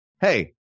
hey